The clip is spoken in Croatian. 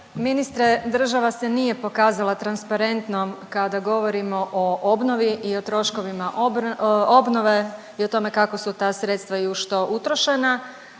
Ministre, država se nije pokazalo transparentnom kada govorimo o obnovi i o troškovima obnove i o tome kako su ta sredstva i u što utrošena.